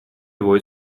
его